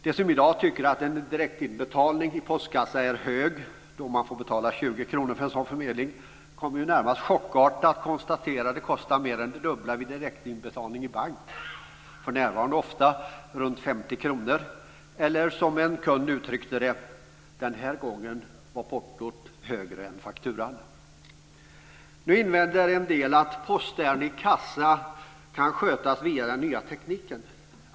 De som i dag tycker att det är hög avgift för en direktinbetalning i postkassa i dag - 20 kr - kommer ju närmast chockartat att konstatera att det är mer än det dubbla vid direktinbetalning i bank - för närvarande ofta ca 50 kr, eller som en kund uttryckte det: Den här gången var portot högre än fakturan. Nu invänder en del att postärenden i kassa kan skötas via den nya tekniken.